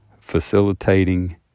facilitating